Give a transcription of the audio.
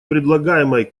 предлагаемой